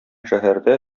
шәһәрдә